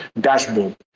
dashboard